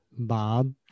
Bob